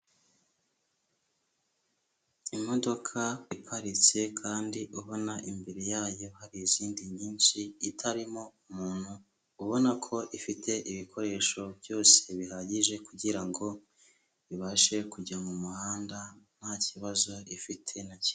Imodoka iparitse kandi ubona imbere yayo hari izindi nyinshi itarimo umuntu, ubona ko ifite ibikoresho byose bihagije kugira ngo ibashe kujya mu muhanda nta kibazo ifite na kimwe.